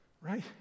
right